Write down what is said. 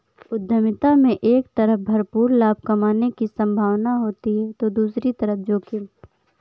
उद्यमिता में एक तरफ भरपूर लाभ कमाने की सम्भावना होती है तो दूसरी तरफ जोखिम